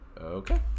Okay